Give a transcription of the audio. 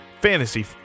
Fantasy